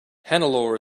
hannelore